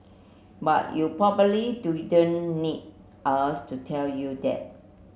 but you probably don't need us to tell you that